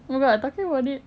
oh ya talking about it